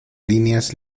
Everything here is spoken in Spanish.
líneas